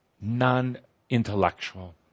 non-intellectual